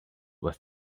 was